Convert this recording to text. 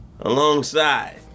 alongside